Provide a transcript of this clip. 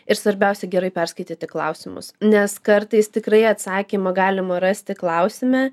ir svarbiausia gerai perskaityti klausimus nes kartais tikrai atsakymą galima rasti klausime